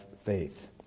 faith